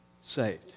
saved